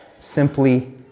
simply